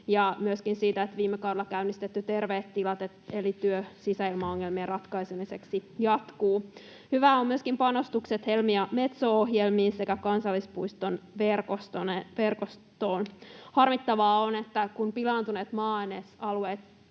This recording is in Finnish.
ja myöskin siitä, että viime kaudella käynnistetty Terveet tilat eli työ sisäilmaongelmien ratkaisemiseksi jatkuu. Hyvää ovat myöskin panostukset Helmi- ja Metso-ohjelmiin sekä kansallispuistoverkostoon. Harmittavaa on, että kun pilaantuneet maa-ainesalueet